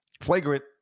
flagrant